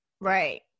Right